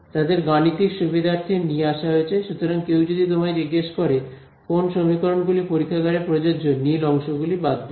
তাদের গাণিতিক সুবিধার্থে নিয়ে আসা হয়েছে সুতরাং কেউ যদি তোমায় জিজ্ঞেস করে কোন সমীকরণ গুলি পরীক্ষাগারে প্রযোজ্য নীল অংশগুলি বাদ দেবে